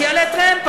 שיעלה טרמפ,